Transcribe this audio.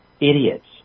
Idiots